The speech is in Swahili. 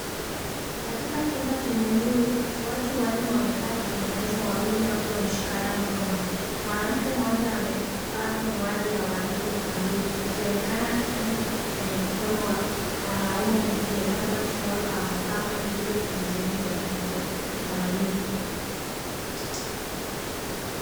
Katika chumba chenye nuru, watu wanne wamekaa kwenye meza wawili wakiwa wameshikana mikono. Mwanamke mmoja amevaa miwani ya waridi na bangili. Akionekana akifanya kitu kwenye mkono wa mwanaume mwingine labda kufunga kamba. Kama ilivyo kwenye sehemu za kitamaduni.